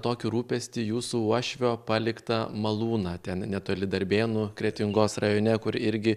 tokį rūpestį jūsų uošvio paliktą malūną ten netoli darbėnų kretingos rajone kur irgi